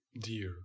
dear